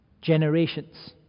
generations